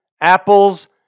Apples